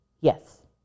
Yes